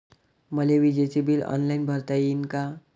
मले विजेच bill online भरता येईन का?